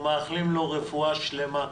מאחלים לו רפואה שלמה.